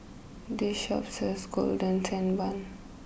this Shop sells Golden Sand Bun